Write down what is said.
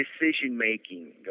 decision-making